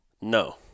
no